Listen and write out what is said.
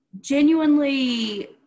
genuinely